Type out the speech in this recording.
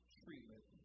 treatment